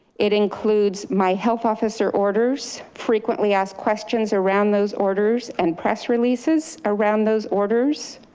it includes my health officer orders frequently asked questions around those orders and press releases around those orders.